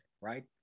right